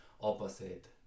opposite